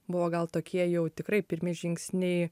buvo gal tokie jau tikrai pirmi žingsniai